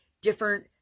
different